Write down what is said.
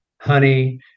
honey